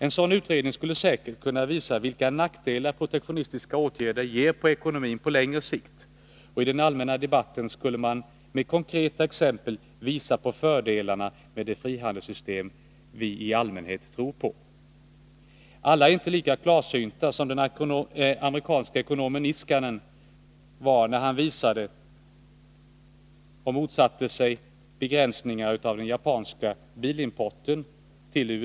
En sådan utredning skulle säkert kunna visa vilka nackdelar protektionistiska åtgärder ger för ekonomin på längre sikt, och i den allmänna debatten skulle man med konkreta exempel kunna visa på fördelarna med det frihandelssystem vi i allmänhet tror på. Alla är inte lika klarsynta som den amerikanske ekonomen Niskanen var när han motsatte sig begränsningar av importen av japanska bilar till USA.